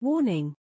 Warning